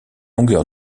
longueur